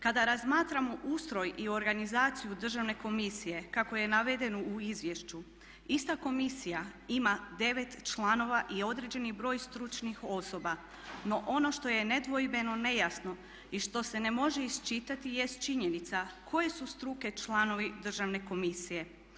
Kada razmatramo ustroj i organizaciju državne komisije kako je navedeno u izvješću ista komisija ima 9 članova i određeni broj stručnih osoba, no ono što je nedvojbeno, nejasno i što se ne može iščitati jeste činjenica koje su struke članovi državne komisije?